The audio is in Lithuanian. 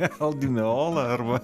el dimeola arba